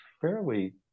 fairly